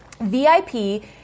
VIP